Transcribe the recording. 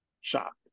Shocked